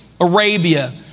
Arabia